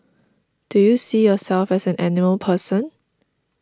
do you see yourself as an animal person